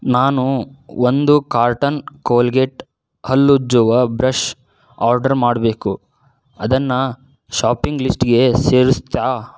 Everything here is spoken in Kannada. ನಾನು ಒಂದು ಕಾರ್ಟನ್ ಕೋಲ್ಗೇಟ್ ಹಲ್ಲುಜ್ಜುವ ಬ್ರಷ್ ಆರ್ಡರ್ ಮಾಡಬೇಕು ಅದನ್ನು ಶಾಪಿಂಗ್ ಲಿಸ್ಟ್ಗೆ ಸೇರಿಸ್ತಾ